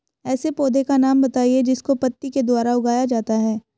ऐसे पौधे का नाम बताइए जिसको पत्ती के द्वारा उगाया जाता है